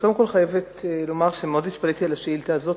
קודם כול אני חייבת לומר שמאוד התפלאתי על השאילתא הזאת,